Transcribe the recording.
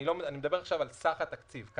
אני מדבר עכשיו על סך התקציב.